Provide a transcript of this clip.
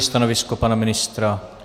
Stanovisko pana ministra?